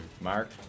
Mark